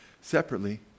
separately